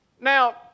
Now